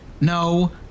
no